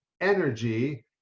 energy